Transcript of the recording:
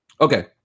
okay